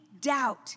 doubt